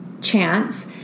chance